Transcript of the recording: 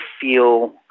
feel